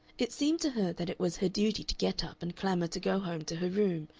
it seemed to her that it was her duty to get up and clamor to go home to her room,